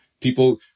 People